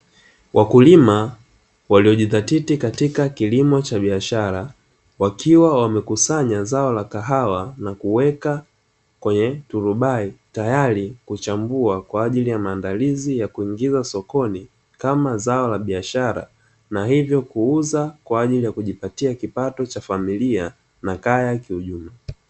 Wakulima waliojidhatiti katika kilimo cha biashara wakiwa wamekusanya zao la kahawa na kuweka kwenye turubai, tayari kuchambua kwa ajili ya maandalizi ya kuingiza sokoni kama zao la biashara na hivyo kuuza kwa ajili ya kujipatia kipato cha familia na kaya kiujumla.